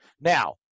Now